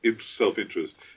self-interest